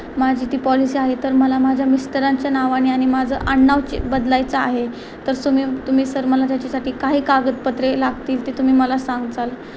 माझी ती पॉलिसी आहे तर मला माझ्या मिस्टरांच्या नावाने आणि माझं आडनाव चे बदलायचं आहे तर सर मी तुम्ही सर मला त्याच्यासाठी काही कागदपत्रे लागतील ते तुम्ही मला सांगचाल